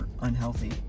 unhealthy